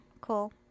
Cool